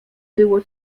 było